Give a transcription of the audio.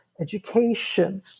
education